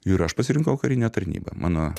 ir aš pasirinkau karinę tarnybą mano